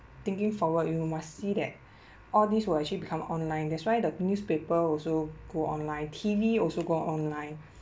thinking forward you must see that all these will actually become online that's why the newspaper also go online T_V also go online